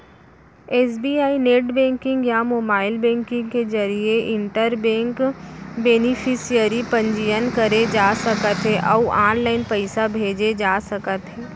SBI net banking या mobile banking के जरिए इंटर बेंक बेनिफिसियरी पंजीयन करे जा सकत हे अउ ऑनलाइन पइसा भेजे जा सकत हे